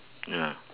ya